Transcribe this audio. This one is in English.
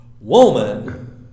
woman